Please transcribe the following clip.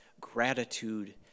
gratitude